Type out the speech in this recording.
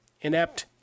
inept